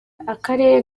akarere